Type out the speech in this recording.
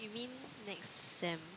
you mean next sem